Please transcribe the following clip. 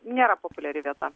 nėra populiari vieta